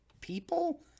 people